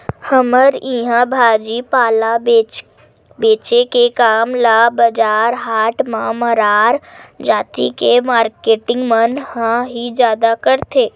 हमर इहाँ भाजी पाला बेंचे के काम ल बजार हाट म मरार जाति के मारकेटिंग मन ह ही जादा करथे